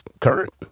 current